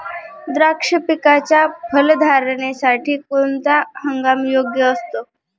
द्राक्ष पिकाच्या फलधारणेसाठी कोणता हंगाम योग्य असतो?